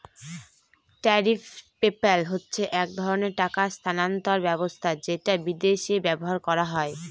tariff PayPal হচ্ছে এক ধরনের টাকা স্থানান্তর ব্যবস্থা যেটা বিদেশে ব্যবহার করা হয়